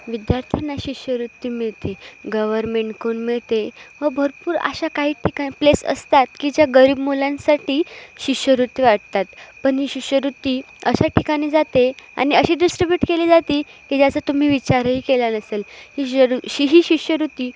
विद्यार्थ्यांना शिष्यवृत्ती मिळते गव्हर्मेंटकडून मिळते व भरपूर अशा काही ठिका प्लेस असतात की ज्या गरीब मुलांसाठी शिष्यवृत्ती वाटतात पण ही शिष्यवृत्ती अशा ठिकाणी जाते आणि अशी डिस्ट्रिब्युट केली जाते की ज्याचा तुम्ही विचारही केला नसेल ही शरु शि ही शिष्यवृत्ती